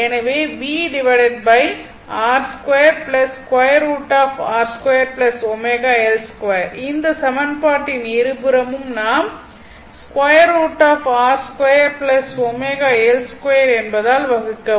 எனவே இந்த சமன்பாட்டின் இருபுறமும் நாம் எனபதால் வகுக்கவும்